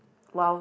!wow!